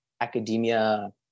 academia